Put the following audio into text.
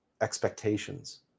expectations